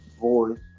voice